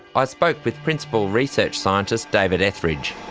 i spoke with principal research scientist david etheridge